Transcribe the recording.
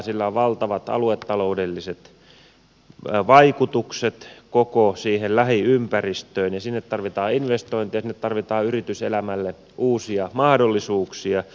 sillä on valtavat aluetaloudelliset vaikutukset koko siihen lähiympäristöön ja sinne tarvitaan investointeja ja sinne tarvitaan yrityselämälle uusia mahdollisuuksia